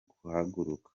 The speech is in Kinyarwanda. kuhagaruka